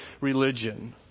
religion